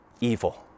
evil